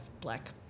black